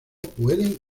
pueden